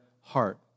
heart